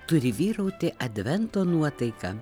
turi vyrauti advento nuotaika